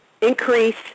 increase